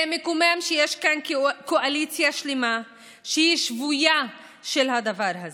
זה מקומם שיש כאן קואליציה שלמה שהיא שבויה של הדבר הזה,